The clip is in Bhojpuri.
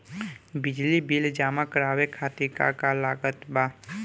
बिजली बिल जमा करावे खातिर का का लागत बा?